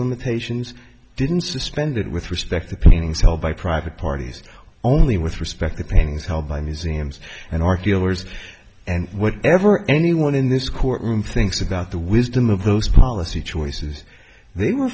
limitations didn't suspended with respect to paintings held by private parties only with respect to paintings held by museums and art dealers and what ever anyone in this courtroom thinks about the wisdom of those policy choices they were